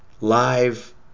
live